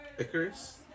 Icarus